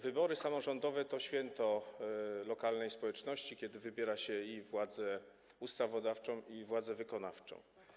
Wybory samorządowe to święto lokalnej społeczności, kiedy to wybiera się i władzę ustawodawczą, i władzę wykonawczą.